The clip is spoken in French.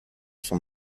son